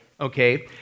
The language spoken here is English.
okay